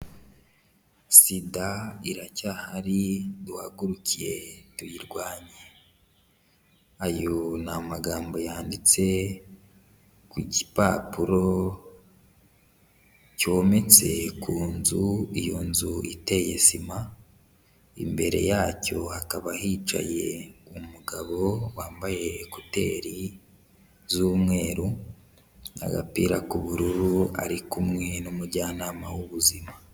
SIDA iracyahari duhaguruke tuyirwanye, ayo ni amagambo yanditse ku gipapuro cyometse ku nzu, iyo nzu iteye sima, imbere yacyo hakaba hicaye umugabo wambaye ekuteri z'umweru n'agapira k'ubururu ari kumwe n'umujyanama w'ubuzima.